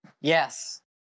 yes